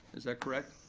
is that correct?